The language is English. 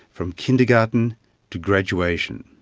from kindergarten to graduation.